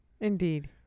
Indeed